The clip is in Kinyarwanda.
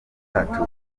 tattoo